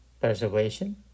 preservation